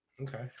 Okay